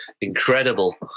incredible